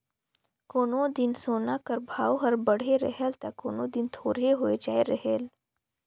कोनो दिन सोना कर भाव हर बढ़े रहेल ता कोनो दिन थोरहें होए जाए रहेल